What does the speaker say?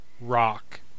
Rock